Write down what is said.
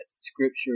scripture